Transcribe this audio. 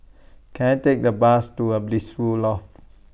Can I Take A Bus to A Blissful Loft